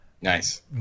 Nice